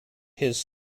his